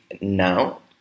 now